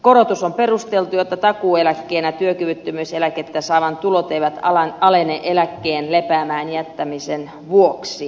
korotus on perusteltu jotta takuueläkkeenä työkyvyttömyyseläkettä saavan tulot eivät alene eläkkeen lepäämään jättämisen vuoksi